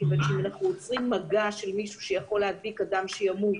מכיוון שאם אנחנו עוצרים מגע של משיהו שיכול להדביק אדם שימות,